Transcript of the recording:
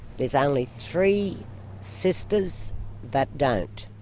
there's only three sisters that don't.